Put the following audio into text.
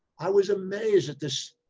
i was amazed at this.